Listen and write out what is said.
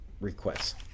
requests